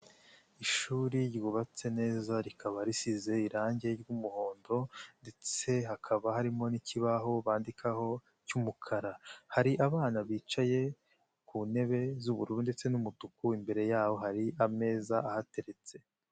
Ishuri ryubatse neza rikaba risize irangi ry'umuhondo, ndetse hakaba harimo n'ikibaho bandikaho cy'umukara, hari abana bicaye ku ntebe z'ubururu ndetse n'umutuku, imbere yabo hari ameza ahateretse.